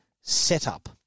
Setup